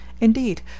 Indeed